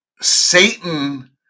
Satan